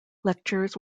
lectures